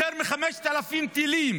יותר מ-5,000 טילים